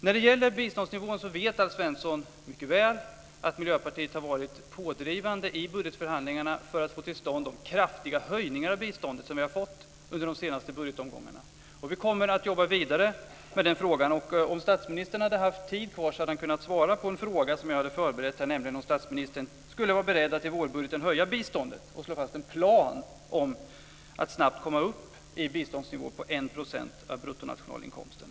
När det gäller biståndsnivån vet Alf Svensson mycket väl att Miljöpartiet har varit pådrivande i budgetförhandlingarna för att få till stånd de kraftiga höjningar av biståndet som vi har fått under de senaste budgetomgångarna. Vi kommer att jobba vidare med frågan. Om statsministern hade haft tid kvar så hade han kunnat svara på en fråga som jag hade förberett, nämligen huruvida statsministern skulle vara beredd att i vårbudgeten höja biståndet och slå fast en plan om att snabbt komma upp i en biståndsnivå på 1 % av bruttonationalinkomsten.